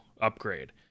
upgrade